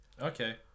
Okay